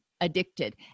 addicted